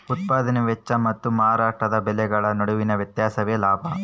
ಉತ್ಪದಾನೆ ವೆಚ್ಚ ಮತ್ತು ಮಾರಾಟದ ಬೆಲೆಗಳ ನಡುವಿನ ವ್ಯತ್ಯಾಸವೇ ಲಾಭ